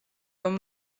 რომ